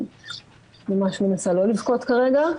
אני ממש מנסה לא לבכות כרגע.